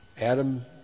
Adam